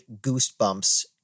goosebumps